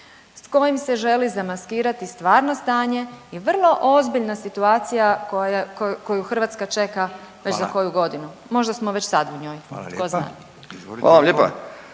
s kojim se želi zamaskirati stvarno stanje i vrlo ozbiljna situacija koju Hrvatska čeka već za koju godinu…/Upadica Radin: Hvala/…možda smo već sad u njoj ko zna. **Radin, Furio